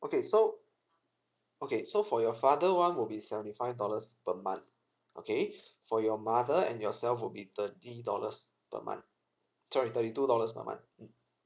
okay so okay so for your father [one] will be seventy five dollars per month okay for your mother and yourself will be thirty dollars per month sorry thirty two dollars a month mm